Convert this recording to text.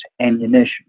ammunition